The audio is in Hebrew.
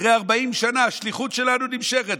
אחרי 40 שנה השליחות שלנו נמשכת.